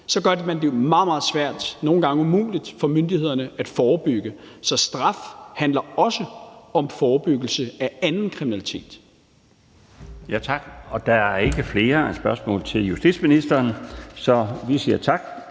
meget, meget svært og nogle gange umuligt for myndighederne at forebygge. Så straf handler også om forebyggelse af anden kriminalitet.